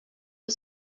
for